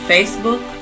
Facebook